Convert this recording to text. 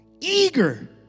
eager